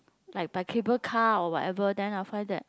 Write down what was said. like by cable car or whatever then after that